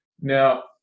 Now